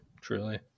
Truly